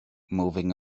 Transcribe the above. moving